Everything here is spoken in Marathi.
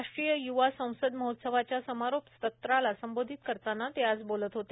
राष्ट्रीय यवा संसद महोत्सवाच्या समारोप सत्राला संबोधित करताना ते आज बोलत होते